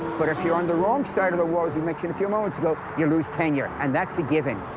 but if you're on the wrong side of the wall, as you mentioned a few moments ago, you lose tenure, and that's a given.